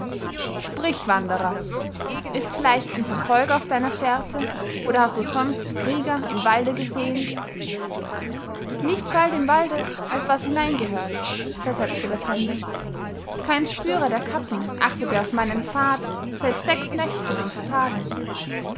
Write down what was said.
sprich wandrer ist vielleicht ein verfolger auf deiner fährte oder hast du sonst krieger im walde gesehen nichts schallt im walde als was hineingehört versetzte der fremde kein spürer der katten achtete auf meinen pfad seit sechs nächten und tagen